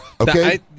Okay